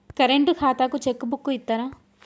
Current ఖాతాకు cheque book ఇత్తరా?